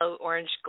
orange